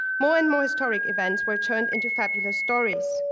more and more historic events were turned into fabulous stories.